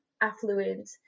affluent